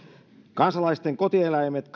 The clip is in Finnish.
kansalaisten kotieläimet